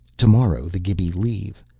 tomorrow the gibi leave.